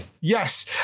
yes